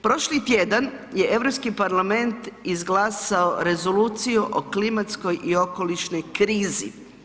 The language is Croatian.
Prošli tjedan je Europski parlament izglasao Rezoluciju o klimatskoj i okolišnoj krizi.